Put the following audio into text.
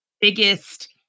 biggest